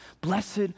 Blessed